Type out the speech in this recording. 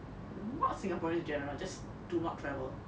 not singaporean in general just do not travel